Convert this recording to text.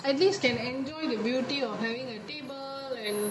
at least can enjoy the beauty of having a table and